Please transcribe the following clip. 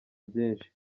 byinshi